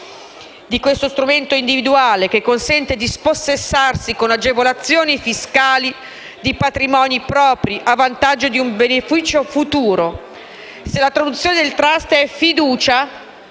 da questo strumento individuale che consente di spossessarsi, con agevolazioni fiscali, di patrimoni propri a vantaggio di un beneficio futuro. Se la traduzione della parola «*trust*» è fiducia,